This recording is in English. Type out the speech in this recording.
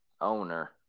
owner